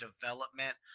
development